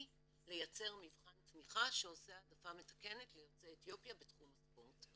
לייצר מבחן תמיכה שעושה העדפה מתקנת ליוצאי אתיופיה בתחום הספורט.